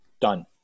Done